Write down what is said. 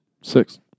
Six